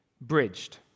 bridged